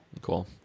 cool